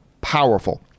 powerful